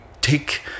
take